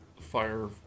fire